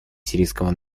сирийского